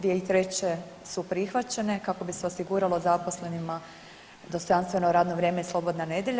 2003. su prihvaćene kako bi se osiguralo zaposlenima dostojanstveno radno vrijeme i slobodna nedjelja.